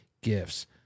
gifts